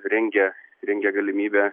rengia rengia galimybę